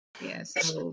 Yes